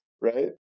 Right